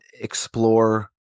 explore